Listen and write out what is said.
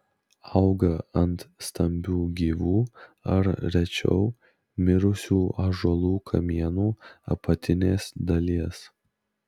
auga ant stambių gyvų ar rečiau mirusių ąžuolų kamienų apatinės dalies